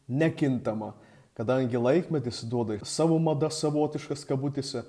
nekintama kadangi laikmetis duoda ir savo madas savotiškas kabutėse